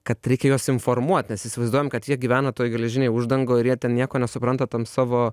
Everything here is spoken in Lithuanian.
kad reikia juos informuot nes įsivaizduojam kad jie gyvena toj geležinėj uždangoj ir jie ten nieko nesupranta tam savo